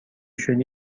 شدی